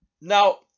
Now